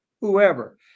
whoever